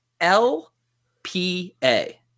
L-P-A